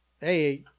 Hey